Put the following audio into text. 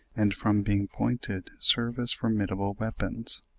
and from being pointed serve as formidable weapons.